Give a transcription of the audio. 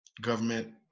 Government